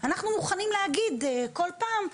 אנחנו מוכנים להגיד כל פעם,